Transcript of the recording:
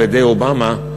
על-ידי אובמה,